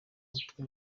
mutwe